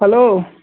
hello